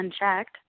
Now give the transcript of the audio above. unchecked